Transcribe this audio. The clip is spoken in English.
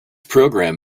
program